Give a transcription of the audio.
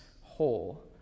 whole